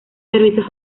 servicios